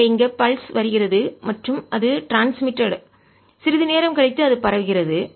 எனவே இங்கே பல்ஸ் துடிப்பு வருகிறது மற்றும் அது ட்ரான்ஸ்மிட்டடு கடத்தப்பட்டது சிறிது நேரம் கழித்து அது பரவுகிறது